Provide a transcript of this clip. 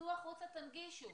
צאו החוצה תנגישו,